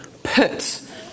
put